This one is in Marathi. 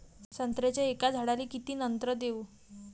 संत्र्याच्या एका झाडाले किती नत्र देऊ?